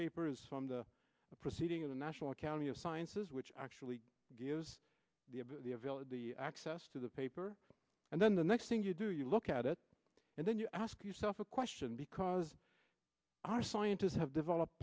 papers from the proceeding of the national academy of sciences which actually gives the of the avail of the access to the paper and then the next thing you do you look at it and then you ask yourself a question because our scientists have developed